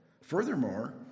Furthermore